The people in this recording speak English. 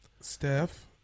Steph